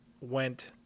went